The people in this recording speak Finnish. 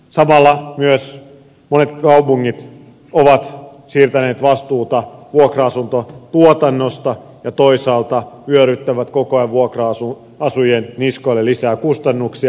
samalla myös monet kaupungit ovat siirtäneet vastuuta vuokra asuntotuotannosta ja toisaalta vyöryttävät koko ajan vuokralla asujien niskoille lisää kustannuksia